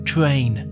Train